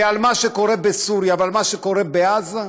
ועל מה שקורה בסוריה ועל מה שקורה בעזה,